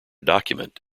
document